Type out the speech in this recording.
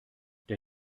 der